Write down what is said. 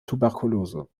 tuberkulose